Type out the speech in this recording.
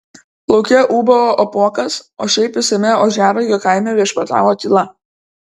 lauke ūbavo apuokas o šiaip visame ožiaragio kaime viešpatavo tyla